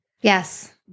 Yes